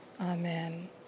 Amen